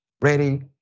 ready